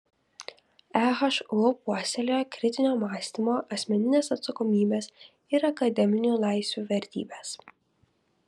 ehu puoselėja kritinio mąstymo asmeninės atsakomybės ir akademinių laisvių vertybes